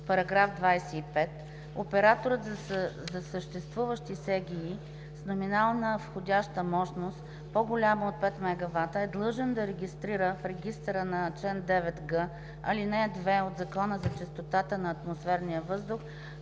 г. § 25. Операторът на съществуваща СГИ с номинална входяща мощност, по-голяма от 5 MW, е длъжен да я регистрира в регистъра по чл. 9г, ал. 2 от Закона за чистотата на атмосферния въздух